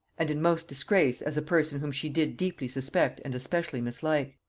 and in most disgrace as a person whom she did deeply suspect and especially mislike.